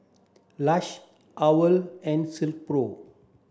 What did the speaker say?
Lush OWL and Silkpro